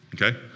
okay